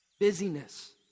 busyness